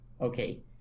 okay